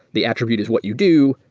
the attribute is what you do,